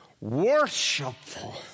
worshipful